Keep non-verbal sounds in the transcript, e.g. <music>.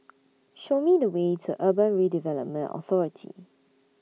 <noise> Show Me The Way to Urban Redevelopment Authority